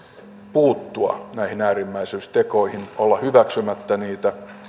puuttua näihin äärimmäisyystekoihin olla hyväksymättä niitä